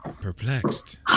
perplexed